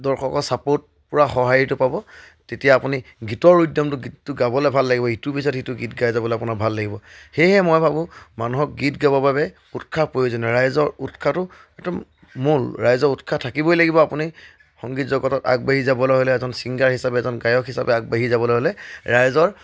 দৰ্শকৰ চাপৰ্ট পূৰা সঁহাৰিটো পাব তেতিয়া আপুনি গীতৰ উদ্যমটো গীতটো গাবলৈ ভাল লাগিব ইটোৰ পিছত সিটো গীত গাই যাবলৈ আপোনাৰ ভাল লাগিব সেয়েহে মই ভাবোঁ মানুহক গীত গাবৰ বাবে উৎসাহ প্ৰয়োজনীয় ৰাইজৰ উৎসাহটো একদম মূল ৰাইজৰ উৎসাহ থাকিবই লাগিব আপুনি সংগীত জগতত আগবাঢ়ি যাবলৈ হ'লে এজন ছিংগাৰ হিচাপে এজন গায়ক হিচাপে আগবাঢ়ি যাবলৈ হ'লে ৰাইজৰ